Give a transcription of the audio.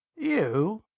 you!